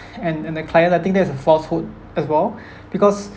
and and the client I think that is a falsehood as well because